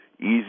easy